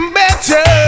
better